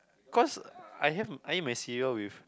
cause I have I eat my cereal with